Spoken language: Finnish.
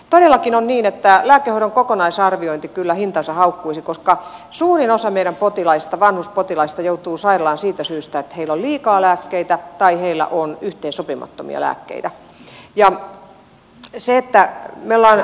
todellakin on niin että lääkehoidon kokonaisarviointi kyllä hintansa haukkuisi koska suurin osa meidän vanhuspotilaistamme joutuu sairaalaan siitä syystä että heillä on liikaa lääkkeitä tai heillä on yhteensopimattomia lääkkeitä